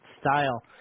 style